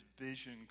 vision